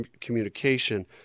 communication